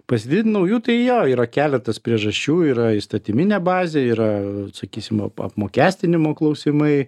pasididint naujų tai jo yra keletas priežasčių yra įstatyminė bazė yra sakysim apmokestinimo klausimai